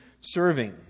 serving